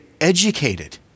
educated